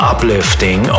Uplifting